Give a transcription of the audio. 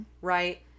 right